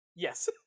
Yes